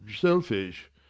selfish